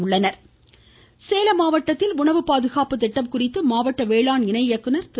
ம் ம் சேலம் வாய்ஸ் சேலம் மாவட்டத்தில் உணவு பாதுகாப்பு திட்டம் குறித்து மாவட்ட வேளாண் இணை இயக்குநர் திரு